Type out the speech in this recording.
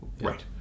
Right